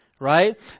Right